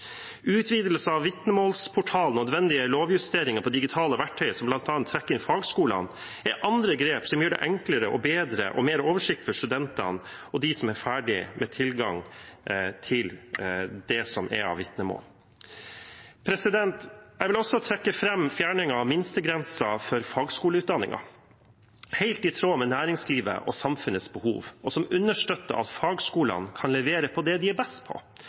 Utvidelse av Vitnemålsportalen og nødvendige lovjusteringer knyttet til digitale verktøy, som bl.a. trekker inn fagskolene, er andre grep som gjør det enklere, bedre og mer oversiktlig for studentene og de som er ferdige, med tilgang til det som er av vitnemål. Jeg vil også trekke fram fjerning av minstegrensen for fagskoleutdanningen, som er helt i tråd med næringslivets og samfunnets behov, og som understøtter at fagskolene kan levere på det de er best på: